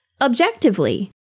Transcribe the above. objectively